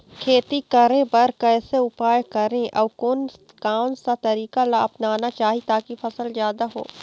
खेती करें बर कैसे उपाय करें अउ कोन कौन सा तरीका ला अपनाना चाही ताकि फसल जादा हो?